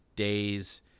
Days